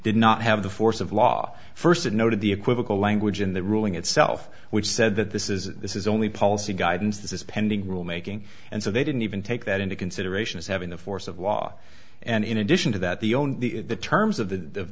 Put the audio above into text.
did not have the force of law first and noted the equivocal language in the ruling itself which said that this is this is only policy guidance this is pending rule making and so they didn't even take that into consideration as having the force of law and in addition to that the only if the terms of the